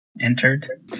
entered